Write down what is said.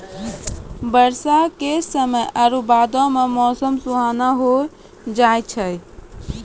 बरसा के समय आरु बादो मे मौसम सुहाना होय जाय छै